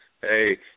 Hey